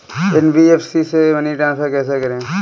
NBFC से money transfer कैसे करें?